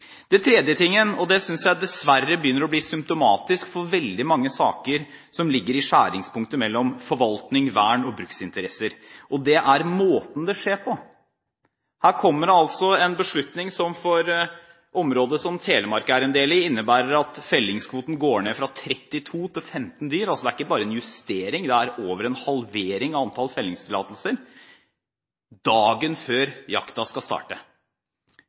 tredje tingen – og det synes jeg dessverre begynner å bli symptomatisk for veldig mange saker som ligger i skjæringspunktet mellom forvaltning, vern og bruksinteresser – er måten det skjer på. Her kommer det altså en beslutning som for området som Telemark er en del av, innebærer at fellingskvoten går ned fra 32 til 15 dyr. Det er ikke bare en justering, det er over en halvering av antall fellingstillatelser dagen før jakten skal starte.